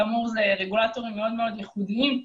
כאמור, אלה רגולטורים מאוד מאוד ייחודיים.